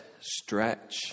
stretch